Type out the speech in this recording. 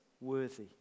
worthy